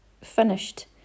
finished